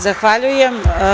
Zahvaljujem.